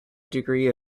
degree